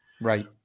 Right